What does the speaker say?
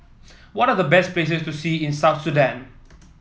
what are the best places to see in South Sudan